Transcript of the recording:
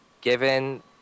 Given